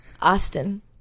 Austin